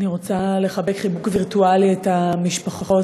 אני רוצה לחבק חיבוק וירטואלי את משפחות